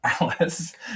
Alice